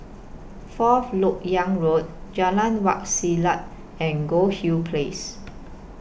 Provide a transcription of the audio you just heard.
Fourth Lok Yang Road Jalan Wak Selat and Goldhill Place